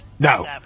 No